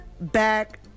back